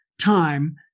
time